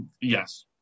Yes